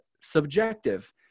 subjective